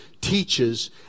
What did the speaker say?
teaches